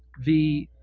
the